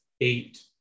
eight